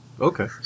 Okay